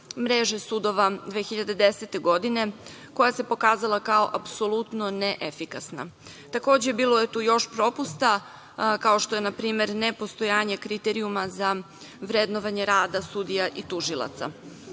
mreže sudova 2010. godine, koja se pokazala kao apsolutno neefikasna. Takođe, bilo je tu još propusta, kao što je na primer nepostojanje kriterijuma za vrednovanje rada sudija i tužilaca. Mnoga